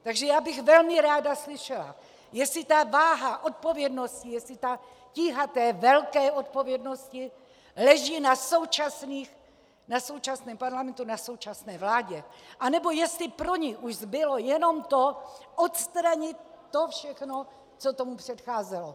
Takže já bych velmi ráda slyšela, jestli ta váha odpovědnosti, jestli ta tíha té velké odpovědnosti leží na současném parlamentu, na současné vládě, anebo jestli pro ni už zbylo jenom to odstranit to všechno, co tomu předcházelo.